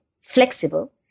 flexible